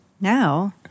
now